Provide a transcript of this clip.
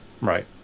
Right